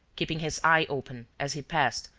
keeping his eye open, as he passed,